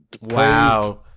wow